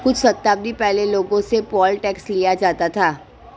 कुछ शताब्दी पहले लोगों से पोल टैक्स लिया जाता था